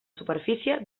superfície